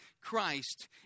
Christ